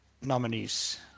nominees